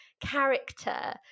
character